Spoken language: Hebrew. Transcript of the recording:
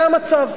זה המצב,